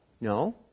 no